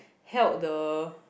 held the